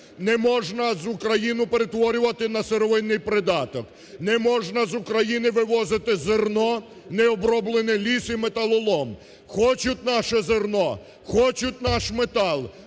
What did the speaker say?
Неможна Україну перетворювати на сировинний придаток. Неможна з України вивозити зерно, необроблений ліс і металолом. Хочуть наше зерно, хочуть наш метал,